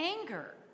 anger